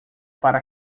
para